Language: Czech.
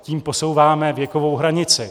Tím posouváme věkovou hranici.